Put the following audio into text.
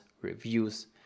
reviews